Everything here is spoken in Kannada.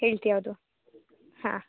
ಹೇಳ್ತೆ ಯಾವುದೂ ಹಾಂ